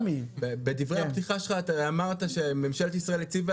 בדברי הפתיחה שלך אתה אמרת שממשלת ישראל הציבה